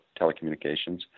telecommunications –